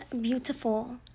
beautiful